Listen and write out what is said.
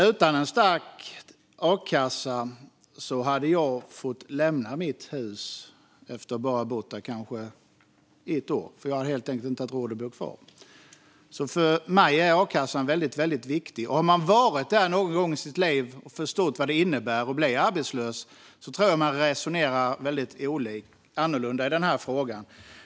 Utan en stark a-kassa hade jag fått lämna mitt hus efter att ha bott där i bara ett år. Jag hade helt enkelt inte haft råd att bo kvar. För mig är a-kassan väldigt viktig. Om man någon gång har varit där i sitt liv och förstått vad det innebär att bli arbetslös tror jag att man resonerar annorlunda i denna fråga än man annars hade gjort.